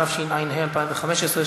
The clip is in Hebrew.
התשע"ה 2015,